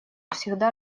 всегда